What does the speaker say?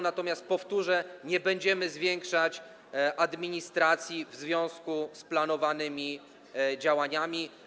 Natomiast powtórzę, że nie będziemy zwiększać administracji w związku z planowanymi działaniami.